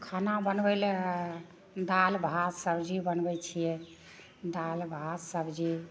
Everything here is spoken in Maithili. खाना बनबय लए दालि भात सब्जी बनबय छियै दालि भात सब्जी